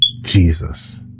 Jesus